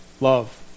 love